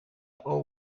all